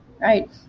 Right